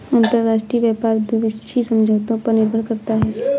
अंतरराष्ट्रीय व्यापार द्विपक्षीय समझौतों पर निर्भर करता है